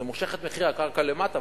זה מושך את מחירי הקרקע למטה,